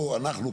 האחרונים,